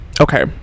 okay